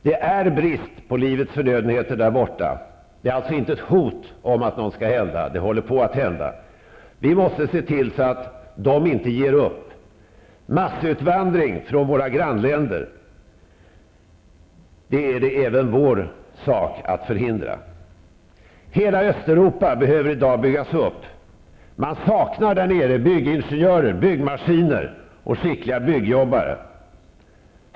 Det är brist på livets förnödenheter där borta. Det är alltså inte ett hot om att något skall hända -- det håller på att hända. Vi måste se till så att de inte ger upp. Det är även vår sak att förhindra massutvandring från våra grannländer. Hela Östeuropa behöver i dag byggas upp. Man saknar där byggingenjörer, byggmaskiner och skickliga byggjobbare.